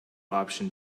option